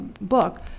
book